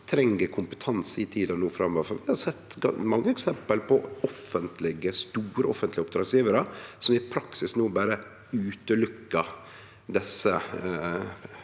Vi har sett mange eksempel på store offentlege oppdrags gjevarar som i praksis no berre utelukkar desse